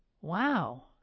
Wow